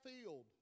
field